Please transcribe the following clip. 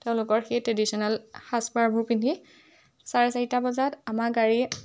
তেওঁলোকৰ সেই ট্ৰেডিশ্যনেল সাজপাৰবোৰ পিন্ধি চাৰে চাৰিটা বজাত আমাৰ গাড়ী